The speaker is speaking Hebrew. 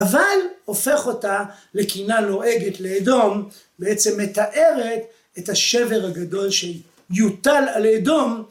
אבל הופך אותה לקינה לועגת לאדום, בעצם מתארת את השבר הגדול שיוטל על אדום.